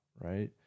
right